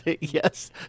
yes